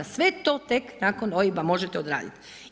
Sve to tek nakon OIB-a možete odraditi.